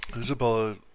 Isabella